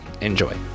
enjoy